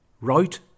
Right